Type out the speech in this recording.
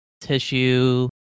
tissue